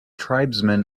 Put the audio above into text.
tribesmen